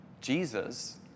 Jesus